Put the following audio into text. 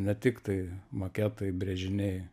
ne tik tai maketai brėžiniai